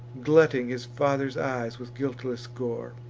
glutting his father's eyes with guiltless gore.